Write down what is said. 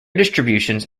distributions